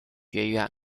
学院